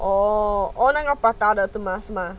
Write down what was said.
oh oh 那个 prata 是吗